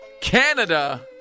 Canada